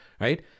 right